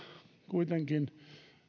kuitenkin